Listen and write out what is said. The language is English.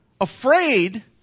afraid